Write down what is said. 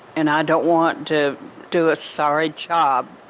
and i don't want to do a sorry job.